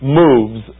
moves